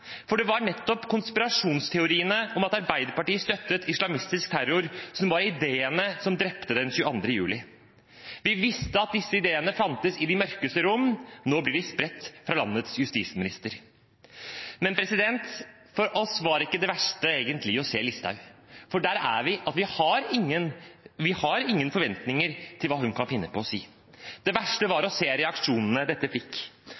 For det var nettopp konspirasjonsteoriene om at Arbeiderpartiet støttet islamistisk terror, som var ideene som drepte den 22. juli. Vi visste at disse ideene fantes i de mørkeste rom – nå blir de spredt fra landets justisminister. Men for oss var egentlig ikke det verste å se Listhaug, for vi har ingen forventninger til hva hun kan finne på å si. Det verste var å se reaksjonene dette fikk.